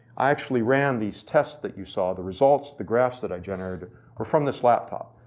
i actually ran these tests that you saw, the results, the graphs that i generated from this laptop.